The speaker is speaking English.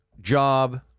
job